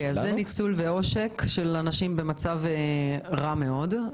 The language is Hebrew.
אז זה ניצול ועושק של אנשים במצב רע מאוד.